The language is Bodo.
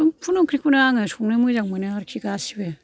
समपुर्न ओंख्रिखौनो आङो संनो मोजां मोनो आरोखि गासैबो